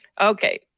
Okay